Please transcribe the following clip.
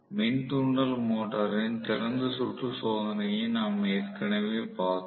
மின் தூண்டல் மோட்டரின் திறந்த சுற்று சோதனையை நாம் ஏற்கனவே பார்த்தோம்